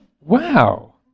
wow